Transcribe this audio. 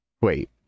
Wait